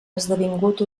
esdevingut